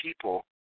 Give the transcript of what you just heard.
people